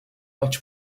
much